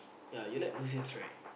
ya you like museums right